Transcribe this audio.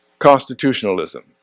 constitutionalism